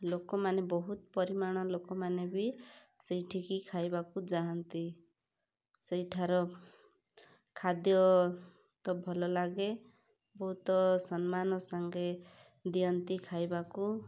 ଲୋକମାନେ ବହୁତ ପରିମାଣ ଲୋକମାନେ ବି ସେଇଠି କି ଖାଇବାକୁ ଯାଆନ୍ତି ସେଇଠାର ଖାଦ୍ୟ ତ ଭଲ ଲାଗେ ବହୁତ ସମ୍ମାନ ସାଙ୍ଗେ ଦିଅନ୍ତି ଖାଇବାକୁ